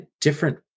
different